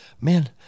man